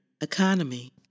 economy